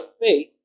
faith